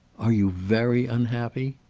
are you very unhappy?